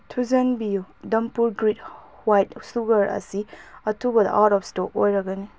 ꯊꯨꯖꯤꯟꯕꯤꯌꯨ ꯗꯝꯄꯨꯔ green white sugar ꯑꯁꯤ ꯑꯊꯨꯕꯗ ꯑꯥꯎꯠ ꯑꯣꯐ ꯏꯁꯇꯣꯛ ꯑꯣꯏꯔꯒꯅꯤ